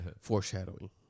foreshadowing